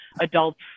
adults